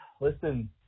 Listen